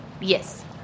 Yes